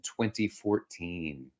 2014